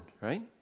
right